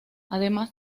además